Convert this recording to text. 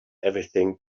everything